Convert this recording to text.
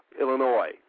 Illinois